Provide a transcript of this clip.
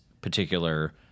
particular